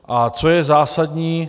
A co je zásadní.